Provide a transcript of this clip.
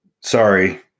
sorry